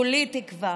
כולי תקווה.